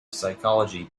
psychology